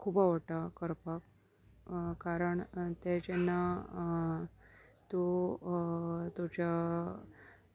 खूब आवडटा करपाक कारण ते जेन्ना तूं तुज्या